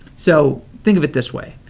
so, think of it this way.